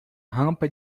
rampa